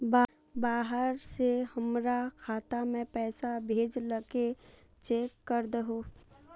बाहर से हमरा खाता में पैसा भेजलके चेक कर दहु?